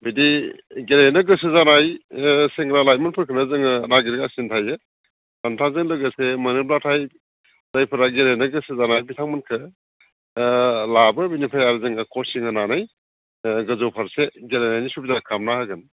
बिदि गेलेनो गोसो जानाय ओ सेंग्रा लाइमोनफोरखौनो जोङो नागिरगासिनो थायो नोंथांजों लोगोसे मोनोब्लाथाय जायफोरा गेलेनो गोसो जानाय बिथांमोनखौ ओ लाबो बेनिफ्राय आरो जोङो कचिं होनानै ओ गोजौ फारसे गेलेनायनि सुबिदाखौ खालामना होगोन